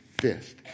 fist